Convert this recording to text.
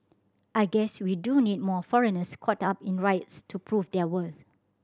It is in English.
I guess we do need more foreigners caught up in riots to prove their worth